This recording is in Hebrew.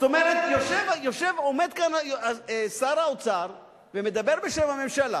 זאת אומרת, עומד כאן שר האוצר, ומדבר בשם הממשלה,